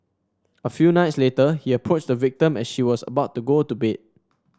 a few nights later he approached the victim as she was about to go to bed